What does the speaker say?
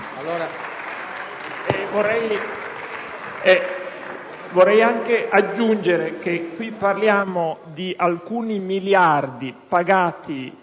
Vorrei anche aggiungere che stiamo parlando di alcuni miliardi pagati